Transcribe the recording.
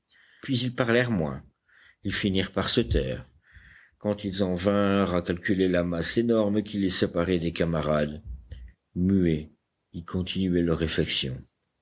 ils parlèrent moins ils finirent par se taire quand ils en vinrent à calculer la masse énorme qui les séparait des camarades muets ils continuaient leurs